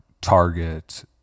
target